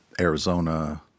Arizona